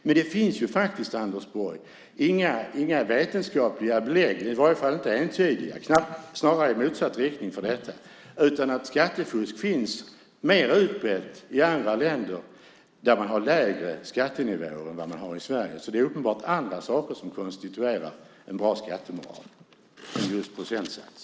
Men det finns ju faktiskt, Anders Borg, inga vetenskapliga belägg - eller i varje fall inte entydiga, snarare pekar de i motsatt riktning - för detta. Skattefusk finns mer utbrett i andra länder där man har lägre skattenivåer än i Sverige, så det är uppenbart andra saker som konstituerar en bra skattemoral än just procentsatsen.